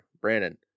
brandon